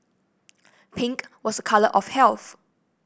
pink was a colour of health